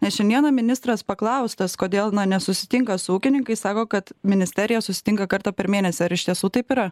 nes šiandieną ministras paklaustas kodėl nesusitinka su ūkininkais sako kad ministerija susitinka kartą per mėnesį ar iš tiesų taip yra